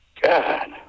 God